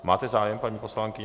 Máte zájem, paní poslankyně?